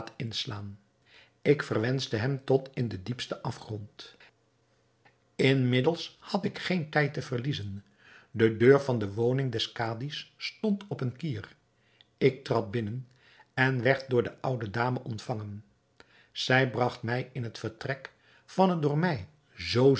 inslaan ik verwenschte hem tot in den diepsten afgrond inmiddels had ik geen tijd te verliezen de deur van de woning des kadi's stond op een kier ik trad binnen en werd door de oude dame ontvangen zij bragt mij in het vertrek van het door mij zoo